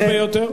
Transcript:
חשוב ביותר.